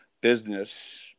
business